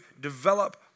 develop